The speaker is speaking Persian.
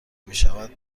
میشود